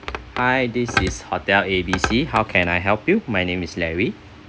hi this is hotel A B C how can I help you my name is larry